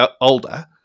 older